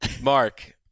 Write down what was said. Mark